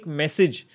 message